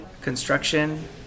construction